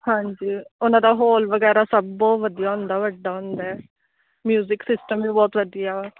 ਹਾਂਜੀ ਉਹਨਾਂ ਦਾ ਹੋਲ ਵਗੈਰਾ ਸਭ ਬਹੁਤ ਵਧੀਆ ਹੁੰਦਾ ਵੱਡਾ ਹੁੰਦਾ ਆ ਮਿਊਜ਼ਿਕ ਸਿਸਟਮ ਵੀ ਬਹੁਤ ਵਧੀਆ